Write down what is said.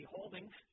Holdings